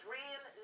real